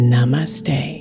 Namaste